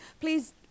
Please